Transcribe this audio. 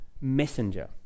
messenger